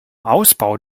ausbau